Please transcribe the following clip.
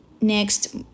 next